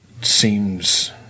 seems